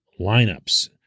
lineups